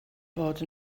bod